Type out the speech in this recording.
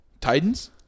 Titans